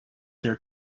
their